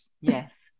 Yes